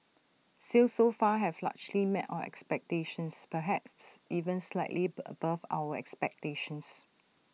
sales so far have largely met our expectations perhaps even slightly bur above our expectations